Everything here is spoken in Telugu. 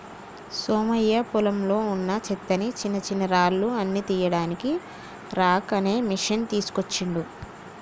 సోమయ్య పొలంలో వున్నా చెత్తని చిన్నచిన్నరాళ్లు అన్ని తీయడానికి రాక్ అనే మెషిన్ తీస్కోచిండు